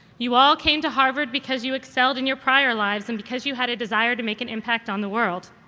you all came to harvard because you excelled in your prior lives and because you had a desire to make an impact on the world.